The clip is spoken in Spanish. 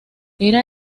era